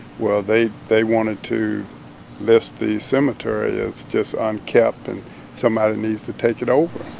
well, they they wanted to list the cemetery as just unkempt, and somebody needs to take it over